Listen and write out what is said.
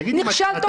תגידי,